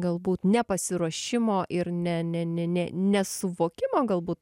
galbūt nepasiruošimo ir ne ne ne ne nesuvokimo galbūt